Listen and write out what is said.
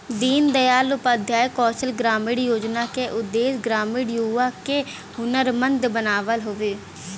दीन दयाल उपाध्याय कौशल ग्रामीण योजना क उद्देश्य ग्रामीण युवा क हुनरमंद बनावल हउवे